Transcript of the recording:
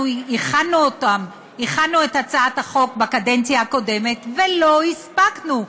הכנו את הצעת החוק בקדנציה הקודמת ולא הספקנו.